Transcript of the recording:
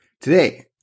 Today